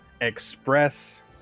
express